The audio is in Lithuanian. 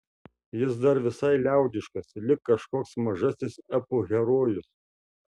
jis dar visai liaudiškas lyg kažkoks mažasis epų herojus